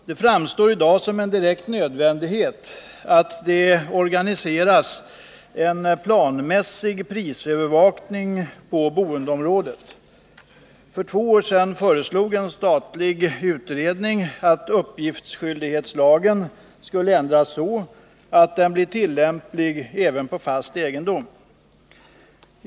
Det framstår i dag som en direkt nödvändighet att det organiseras en planmässig prisövervakning på boendeområdet. För två år sedan föreslog en statlig utredning att uppgiftsskyldighetslagen skulle ändras så, att den blir tillämplig även på fast egendom.